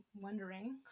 wondering